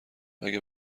اگه